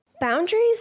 Boundaries